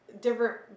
different